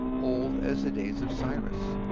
old as the days of cyrus,